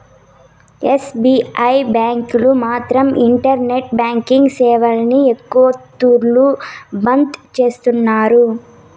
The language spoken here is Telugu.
ఎస్.బి.ఐ బ్యాంకీలు మాత్రం ఇంటరెంట్ బాంకింగ్ సేవల్ని ఎక్కవ తూర్లు బంద్ చేస్తున్నారు